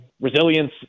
resilience